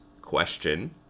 question